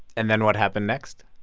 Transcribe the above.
and then what happened next?